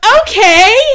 okay